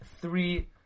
three